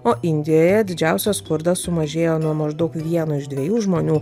o indijoje didžiausias skurdas sumažėjo nuo maždaug vieno iš dviejų žmonių